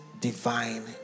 Divine